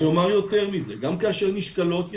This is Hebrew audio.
אני אומר יותר מזה, גם כאשר נשקלות יציאות,